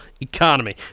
economy